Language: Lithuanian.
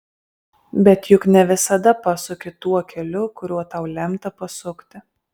bet juk ne visada pasuki tuo keliu kuriuo tau lemta pasukti